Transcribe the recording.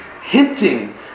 hinting